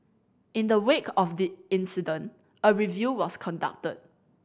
in the wake of the incident a review was conducted